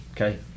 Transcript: Okay